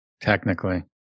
Technically